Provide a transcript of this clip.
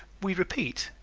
we repeat,